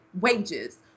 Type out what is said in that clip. wages